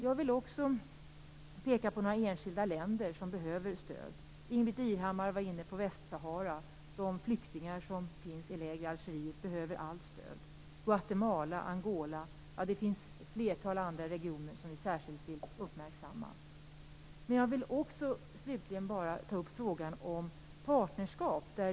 Jag vill också peka på några enskilda länder som behöver stöd. Ingbritt Irhammar var inne på Västsahara. De flyktingar som finns i Algeriet behöver allt stöd. Guatemala, Angola och ett flertal andra regioner vill vi särskilt uppmärksamma. Slutligen vill jag ta upp frågan om partnerskap.